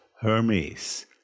Hermes